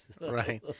Right